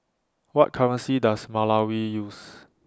What currency Does Malawi use